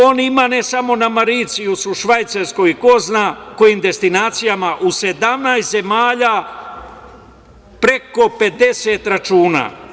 On ima ne samo na Mauricijusu, Švajcarskoj i ko zna kojim destinacijama u 17 zemalja preko 50 računa.